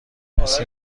کسی